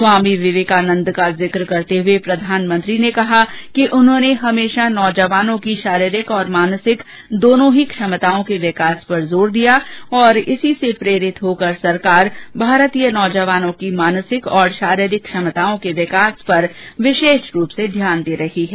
स्वामी विवेकानंद का जिक्र करते हुए प्रधानमंत्री ने कहा कि उन्होंने हमेशा नौजवानों की शारीरिक और मानसिक दोनों ही क्षमताओं के विकास पर जोर दिया और इसी से प्रेरित होकर सरकार भारतीय नौजवानों की मानसिक और शारीरिक क्षमताओं के विकास पर विशेष रूप से ध्यान दे रही है